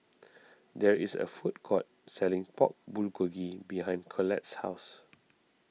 there is a food court selling Pork Bulgogi behind Collette's house